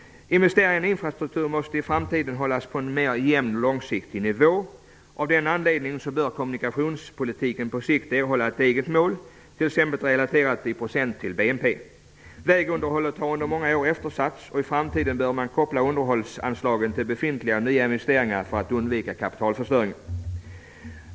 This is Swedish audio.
Investeringarna i infrastruktur måste i framtiden hållas på en mer jämn och långsiktig nivå. Av den anledningen bör kommunikationspolitiken på sikt erhålla ett eget mål, t.ex. relaterat i procent av BNP. Vägunderhållet har under många år eftersatts. I framtiden bör man koppla underhållsanslagen till befintliga och nya investeringar för att undvika kapitalförstöring.